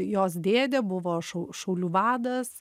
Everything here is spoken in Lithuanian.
jos dėdė buvo šaulių vadas